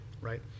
right